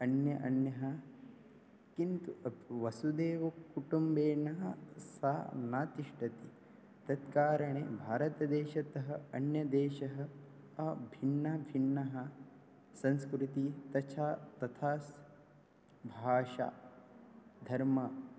अन्या अन्या किन्तु अप् वसुधैवकुटुम्बेन सा न तिष्ठति तत्कारणेन भारतदेशतः अन्यदेशः अ भिन्नभिन्नः संस्कृतिः तछा तथा स् भाषा धर्म